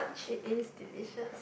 it is delicious